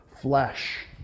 flesh